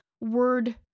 word